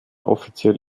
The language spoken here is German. offiziell